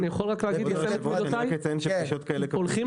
אני רק אציין שפגישות כאלה --- הולכים